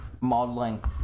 modeling